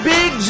Big